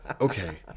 Okay